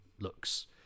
looks